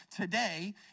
today